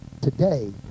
today